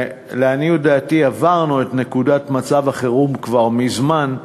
ולעניות דעתי עברנו את נקודת מצב החירום כבר מזמן.